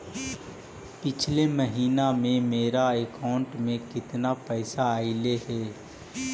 पिछले महिना में मेरा अकाउंट में केतना पैसा अइलेय हे?